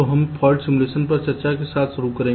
तो हम fault simulation पर चर्चा के साथ शुरू करें